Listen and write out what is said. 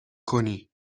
کنی